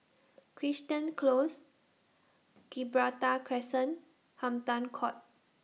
Crichton Close Gibraltar Crescent Hampton Court